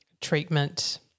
treatment